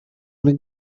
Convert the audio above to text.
wanna